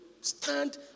stand